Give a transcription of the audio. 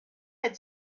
had